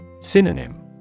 Synonym